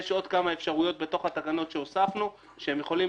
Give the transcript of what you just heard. יש עוד כמה אפשרויות בתוך התקנות שהוספנו שהם יכולים